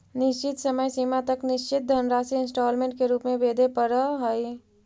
निश्चित समय सीमा तक निश्चित धनराशि इंस्टॉलमेंट के रूप में वेदे परऽ हई